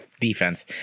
defense